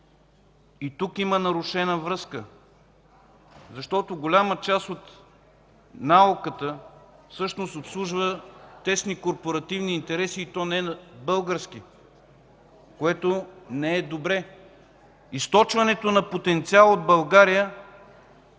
и тук има нарушена връзка, защото голяма част от науката всъщност обслужва тесни корпоративни интереси, и то не български, което не е добре. Източването на потенциал от България